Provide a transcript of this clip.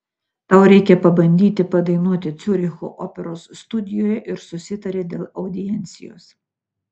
tau reikia pabandyti padainuoti ciuricho operos studijoje ir susitarė dėl audiencijos